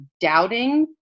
doubting